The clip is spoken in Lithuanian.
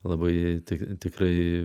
labai tikrai